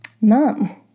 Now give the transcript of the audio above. mom